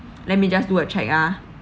let me just do a check ah